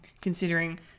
considering